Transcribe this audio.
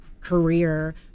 career